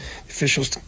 officials